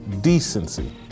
decency